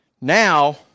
Now